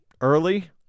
early